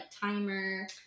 timer